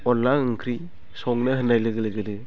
अनला ओंख्रि संनो हान्नाय लोगो लोगोनो